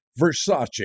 Versace